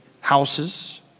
houses